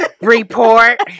Report